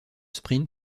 sprint